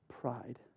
pride